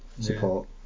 support